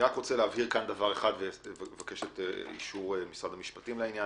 אבהיר כאן ואבקש את אישור משרד המשפטים לעניין